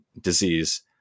disease